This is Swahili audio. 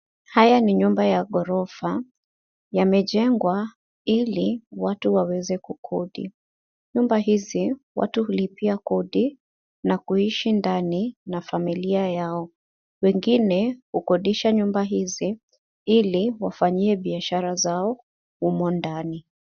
Hizi ni nyumba za ghorofa zimejengwa ili watu waweze kukodi . Nyumba hizi watu hulipia kodi na kuishi ndani na familia yao. Wengine hukodisha nyumba hizi ili wafanyie biashara zao humo ndani.